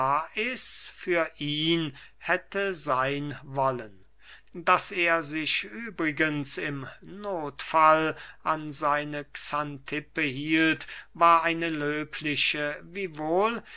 lais für ihn hätte seyn wollen daß er sich übrigens im nothfall an seine xantippe hielt war eine löbliche wiewohl